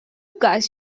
guys